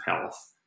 Health